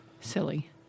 Silly